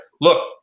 Look